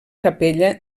capella